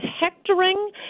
hectoring